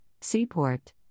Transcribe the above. Seaport